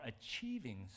achieving